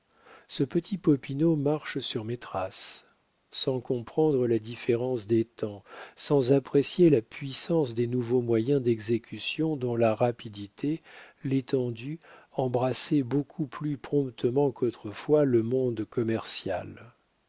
ce petit popinot marche sur mes traces sans comprendre la différence des temps sans apprécier la puissance des nouveaux moyens d'exécution dont la rapidité l'étendue embrassaient beaucoup plus promptement qu'autrefois le monde commercial